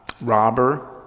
robber